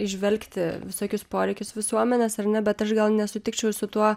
įžvelgti visokius poreikius visuomenės ar ne bet aš gal nesutikčiau su tuo